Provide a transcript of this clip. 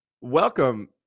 welcome